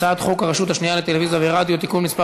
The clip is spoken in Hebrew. הצעת חוק הרשות השנייה לטלוויזיה ורדיו (תיקון מס'